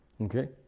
Okay